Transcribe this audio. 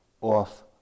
off